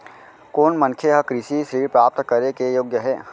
कोन मनखे ह कृषि ऋण प्राप्त करे के योग्य हे?